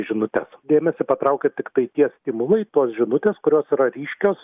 žinutes dėmesį patraukia tiktai tie stimulai tos žinutės kurios yra ryškios